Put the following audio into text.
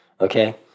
Okay